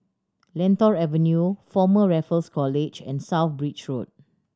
Lentor Avenue Former Raffles College and South Bridge Road